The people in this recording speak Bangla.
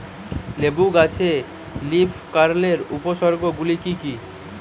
লেবু গাছে লীফকার্লের উপসর্গ গুলি কি কী?